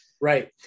Right